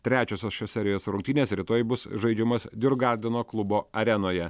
trečiosios šios serijos rungtynės rytoj bus žaidžiamas djurgardeno klubo arenoje